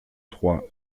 trois